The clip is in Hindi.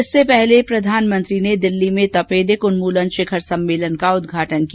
इससे पहले प्रधानमंत्री ने दिल्ली तपेदिक उन्यूलन शिखर सम्मेलन का उदघाटन किया